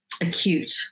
acute